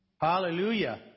Hallelujah